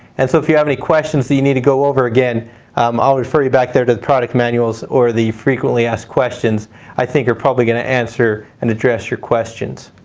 and so if you have any questions that you need to go over again um i'll refer you back to the product manuals or the frequently asked questions i think are probably going to answer and address your questions.